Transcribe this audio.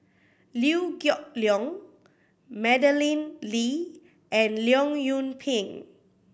Liew Geok Leong Madeleine Lee and Leong Yoon Pin